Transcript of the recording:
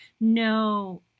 no